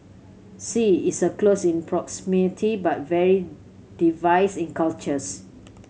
Sea is a close in proximity but very diverse in cultures